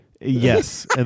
Yes